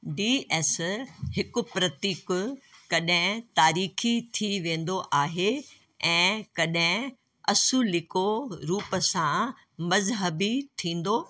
D एस हिकु प्रतीक कड॒हिं तारीख़ी थी वींदो आहे ऐं कड॒हिं असुलिको रूप सां मज़हबी थींदो आहे